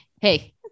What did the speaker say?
Hey